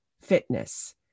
fitness